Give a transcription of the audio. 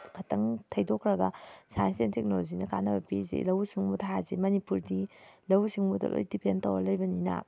ꯈꯤꯇꯪ ꯊꯩꯗꯣꯛꯈ꯭ꯔꯒ science and ꯇꯦꯛꯅꯣꯂꯣꯖꯤꯅ ꯀꯥꯅꯕ ꯄꯤꯔꯤꯁꯤ ꯂꯧꯎ ꯁꯤꯡꯎꯕꯗ ꯍꯥꯏꯔꯁꯤ ꯃꯅꯤꯄꯨꯔꯗꯤ ꯂꯧꯎ ꯁꯤꯡꯎꯕꯗ ꯂꯣꯏꯅ ꯗꯤꯄꯦꯟ ꯇꯧꯔ ꯂꯩꯕꯅꯤꯅ